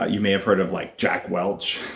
ah you may have heard of like jack welch,